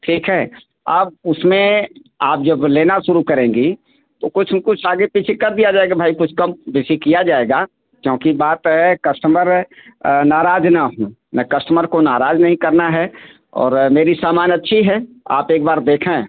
ठीक है अब उसमें आप जब लेना शुरू करेंगी तो कुछ न कुछ आगे पीछे कर दिया जाएगा भाई कुछ कम बेसी किया जाएगा क्योंकि बात है कश्टमर नाराज ना हों ना कश्टमर को नाराज नहीं करना है और मेरी सामान अच्छी है आप एक बार देखें